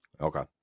Okay